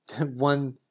one